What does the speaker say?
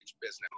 Business